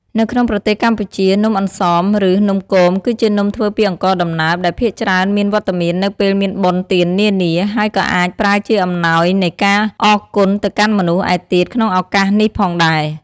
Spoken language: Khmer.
នៅក្នុងប្រទេសកម្ពុជា នំអន្សម ឬ នំគមគឺជានំធ្វើពីអង្ករដំណើប ដែលភាគច្រើនមានវត្តមាននៅពេលមានបុណ្យទាននានា ហើយក៏អាចប្រើជាអំណោយនៃការអរគុណទៅកាន់មនុស្សឯទៀតក្នុងឱកាសនេះផងដែរ។